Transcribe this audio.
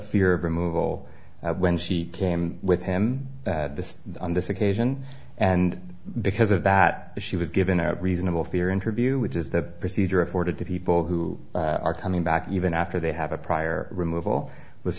fear of removal when she came with him on this occasion and because of that she was given a reasonable fear interview which is the procedure afforded to people who are coming back even after they have a prior removal was